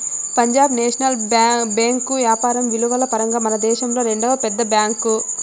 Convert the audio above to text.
Punjab national bank యాపారం ఇలువల పరంగా మనదేశంలో రెండవ పెద్ద బ్యాంక్